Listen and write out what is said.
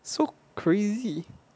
so crazy